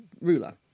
ruler